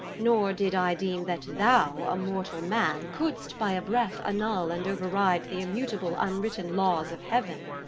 nor did i deem that thou, a mortal man, could'st by a breath annul and override the immutable unwritten laws of heaven.